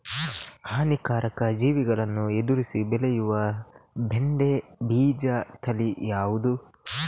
ಹಾನಿಕಾರಕ ಜೀವಿಗಳನ್ನು ಎದುರಿಸಿ ಬೆಳೆಯುವ ಬೆಂಡೆ ಬೀಜ ತಳಿ ಯಾವ್ದು?